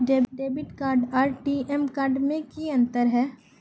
Debit card आर TM card में की अंतर है?